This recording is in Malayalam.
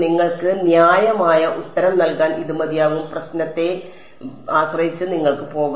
നിങ്ങൾക്ക് ന്യായമായ ഉത്തരം നൽകാൻ ഇത് മതിയാകും പ്രശ്നത്തെ ആശ്രയിച്ച് നിങ്ങൾക്ക് പോകാം